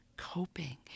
Coping